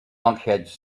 lunkheads